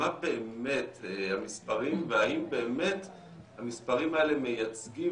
מה באמת המספרים והאם באמת המספרים האלה מייצגים